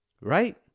Right